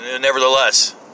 Nevertheless